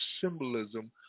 symbolism